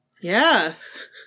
Yes